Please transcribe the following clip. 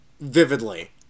vividly